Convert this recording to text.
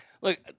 Look